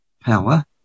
power